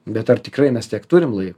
bet ar tikrai mes tiek turim laiko